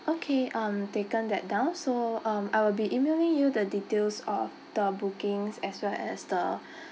okay um taken that down so um I will be emailing you the details of the bookings as well the